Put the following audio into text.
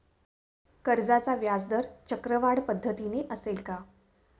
कर्जाचा व्याजदर चक्रवाढ पद्धतीने असेल का?